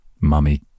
mummy